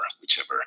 whichever